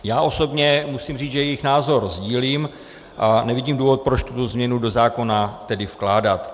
Já osobně musím říct, že jejich názor sdílím a nevidím důvod, proč tuto změnu do zákona tedy vkládat.